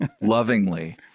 lovingly